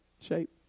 shape